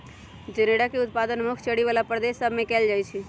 जनेरा के उत्पादन मुख्य चरी बला प्रदेश सभ में कएल जाइ छइ